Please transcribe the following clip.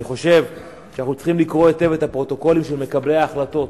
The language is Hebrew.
אני חושב שאנחנו צריכים לקרוא היטב את הפרוטוקולים של מקבלי ההחלטות,